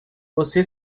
você